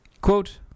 Quote